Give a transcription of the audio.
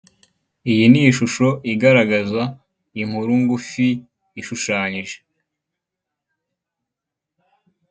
Amashusho ariho abantu batandukanye harimo abari gutekereza.